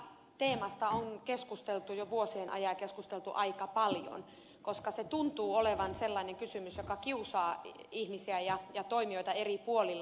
tästä teemasta on keskusteltu jo vuosien ajan ja keskusteltu aika paljon koska se tuntuu olevan sellainen kysymys joka kiusaa ihmisiä ja toimijoita eri puolilla